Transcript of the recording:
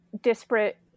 disparate